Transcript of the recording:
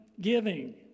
giving